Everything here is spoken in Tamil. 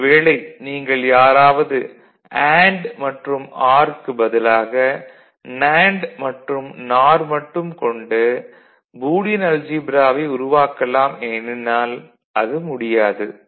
ஒரு வேளை நீங்கள் யாராவது அண்டு மற்றும் ஆர் க்குப் பதிலாக நேண்டு மற்றும் நார் மட்டும் கொண்டு பூலியன் அல்ஜீப்ராவை உருவாக்கலாம் என எண்ணினால் அது முடியாது